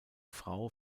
frau